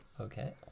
Okay